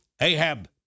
Ahab